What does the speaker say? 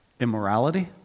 immorality